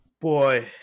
boy